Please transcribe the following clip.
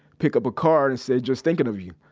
pick up a card and say, just thinking of you